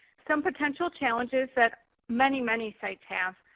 some potential challenges that many, many sites have.